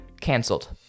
Cancelled